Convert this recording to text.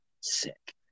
Sick